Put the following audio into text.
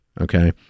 okay